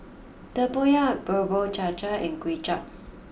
Tempoyak Bubur Cha Cha and Kuay Chap